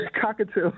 cockatoo